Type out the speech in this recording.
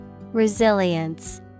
Resilience